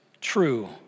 true